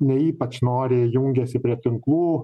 ne ypač noriai jungėsi prie tinklų